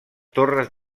torres